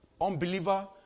unbeliever